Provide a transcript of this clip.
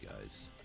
guys